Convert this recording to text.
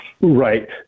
Right